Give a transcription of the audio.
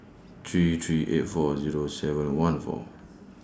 three three eight four Zero seven one four